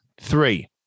Three